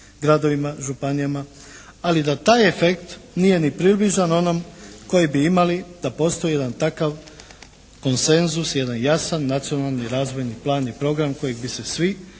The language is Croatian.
gradovima, županijama, ali da taj efekt nije ni približan onom koji bi imali da postoji jedan takav koncenzus, jedan jasan nacionalni razvojni plan i program kojeg bi se svi,